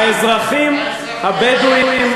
האזרחים הבדואים,